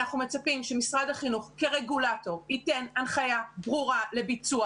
אנחנו מצפים שמשרד החינוך כרגולטור ייתן הנחייה ברורה לביצוע